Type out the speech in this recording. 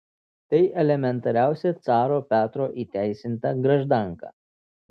tai elementariausia caro petro įteisinta graždanka